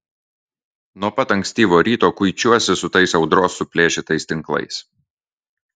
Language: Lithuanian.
nuo pat ankstyvo ryto kuičiuosi su tais audros suplėšytais tinklais